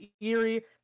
eerie